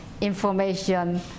information